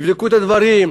יבדקו את הדברים,